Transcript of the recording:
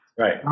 Right